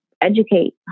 educate